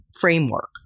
framework